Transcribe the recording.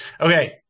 Okay